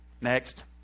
Next